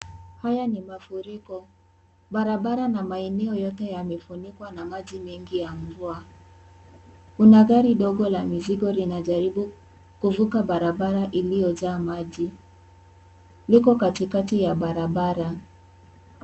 Haya ni mafuriko barabara na maeneo yote yamefunikwa na maji mengi ya mvua kuna gari ndogo la mizigo lina jaribu kuvuka barabara iliyo jaa maji liko katikati ya barabara.